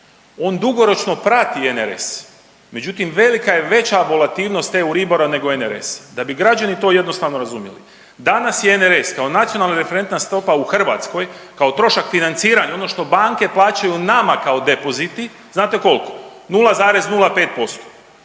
on dugoročno plati NRS, međutim velika je, veća abolativnost Euribora nego NRS-a. Da bi građani to jednostavno razumjeli, danas je NRS kao nacionalna referentna stopa u Hrvatskoj kao trošak financiranja, ono što banke plaćaju nama kao depoziti, znate kolko, 0,05%.